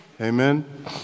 Amen